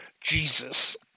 Jesus